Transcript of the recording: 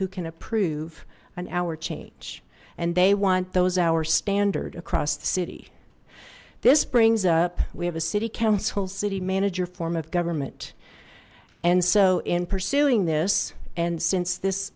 who can approve an hour change and they want those hours standard across the city this brings up we have a city council city manager form of government and so in pursuing this and since this